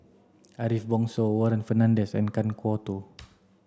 Ariff Bongso Warren Fernandez and Kan Kwok Toh